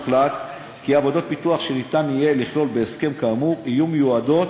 הוחלט כי עבודות פיתוח שיהיה אפשר לכלול בהסכם כאמור יהיו מיועדות